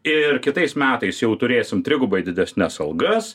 ir kitais metais jau turėsim trigubai didesnes algas